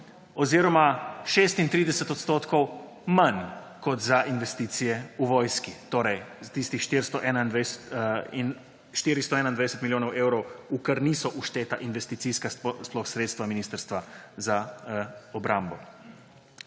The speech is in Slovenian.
oziroma 36 % manj kot za investicije v vojski, torej tistih 421 milijonov evrov, v kar sploh niso všteta investicijska sredstva Ministrstva za obrambo.